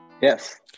Yes